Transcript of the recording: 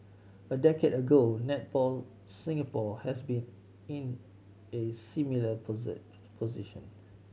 a decade ago Netball Singapore has been in a similar position